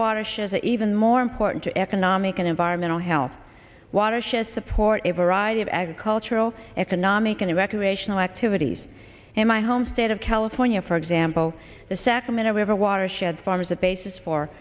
water shares an even more important to economic and environmental health watershed support a variety of agricultural economic and recreational activities in my home state of california for example the sacramento river watershed farmers a basis for